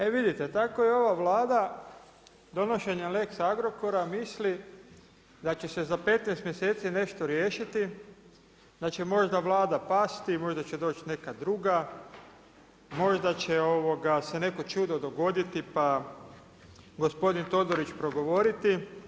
E vidite tako i ova Vlada donošenjem lex Agrokora misli da će se za 15 mjeseci nešto riješiti, da će možda Vlada pasti, možda će doći neka druga, možda će se neko čudo dogoditi pa gospodin Todorić progovoriti.